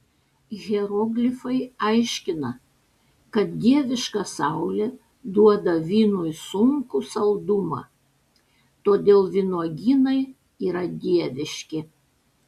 hieroglifai aiškina kad dieviška saulė duoda vynui sunkų saldumą todėl vynuogynai yra dieviški